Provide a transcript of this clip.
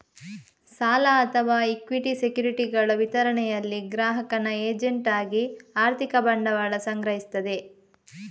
ಸಾಲ ಅಥವಾ ಇಕ್ವಿಟಿ ಸೆಕ್ಯುರಿಟಿಗಳ ವಿತರಣೆಯಲ್ಲಿ ಗ್ರಾಹಕನ ಏಜೆಂಟ್ ಆಗಿ ಆರ್ಥಿಕ ಬಂಡವಾಳ ಸಂಗ್ರಹಿಸ್ತದೆ